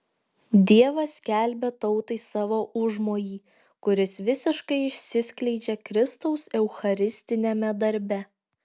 dievas skelbia tautai savo užmojį kuris visiškai išsiskleidžia kristaus eucharistiniame darbe